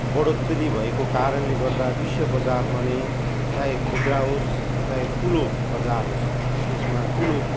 बढोत्तरी भएको कारणले गर्दा विश्वबजारमा नै चाहे खुद्रा होस् चाहे ठुलो बजार होस् त्यसमा ठुलो